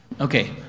Okay